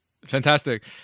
fantastic